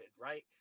right